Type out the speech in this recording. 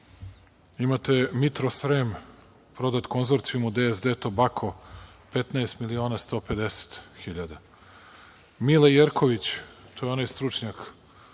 Imate „Mitrosrem“ prodat konzorcijumu DSD „Tobako“ 15 miliona 150.000. Mile Jerković, to je onaj stručnjak